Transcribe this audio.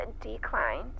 declined